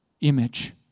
image